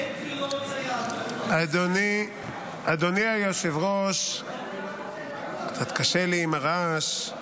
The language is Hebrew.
אדוני היושב-ראש, קצת קשה לי עם הרעש.